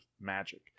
magic